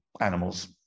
animals